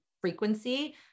frequency